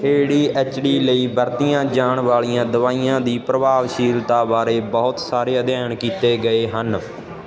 ADHD ਲਈ ਵਰਤੀਆਂ ਜਾਣ ਵਾਲੀਆਂ ਦਵਾਈਆਂ ਦੀ ਪ੍ਰਭਾਵਸ਼ੀਲਤਾ ਬਾਰੇ ਬਹੁਤ ਸਾਰੇ ਅਧਿਐਨ ਕੀਤੇ ਗਏ ਹਨ